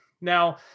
Now